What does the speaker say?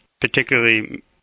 particularly